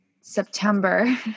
September